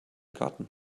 garten